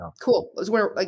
cool